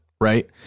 right